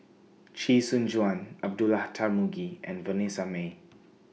Chee Soon Juan Abdullah Tarmugi and Vanessa Mae